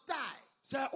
die